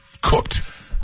cooked